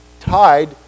tied